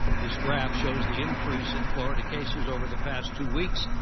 this graph shows the increase in florida cases over the past two weeks,